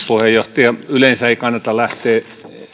puheenjohtaja yleensä ei kannata lähteä